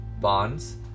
bonds